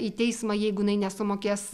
į teismą jeigu jinai nesumokės